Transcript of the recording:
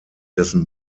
dessen